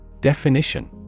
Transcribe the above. Definition